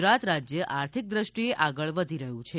ગુજરાત રાજ્ય આર્થિક દ્રષ્ટિએ આગળ વધી રહ્યું છે